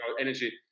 energy